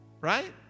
Right